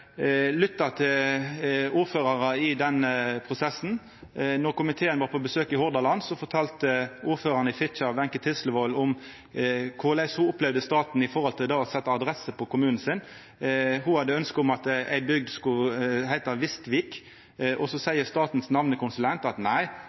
lytta til ordførarar i denne prosessen. Då komiteen var på besøk i Hordaland, fortalde ordføraren i Fitjar, Wenche Tislevoll, om korleis ho opplevde staten når det gjeld det å setja adresser i kommunen hennar. Ho hadde eit ønske om at ei bygd skulle heita Vistvik. Så seier Statens namnekonsulent at nei, det skal heita Vistvika, med a-ending, og så